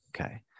Okay